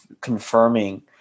confirming